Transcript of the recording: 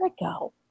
ago